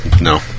No